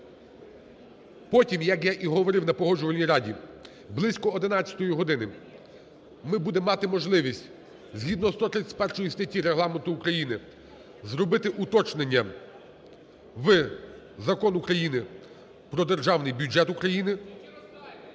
Потім, як я і говорив на Погоджувальній раді, близько 11-ї години ми будемо мати можливість згідно 131 статті Регламенту України зробити уточнення в Закон України "Про Державний бюджет України…"